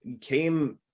came